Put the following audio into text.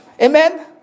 Amen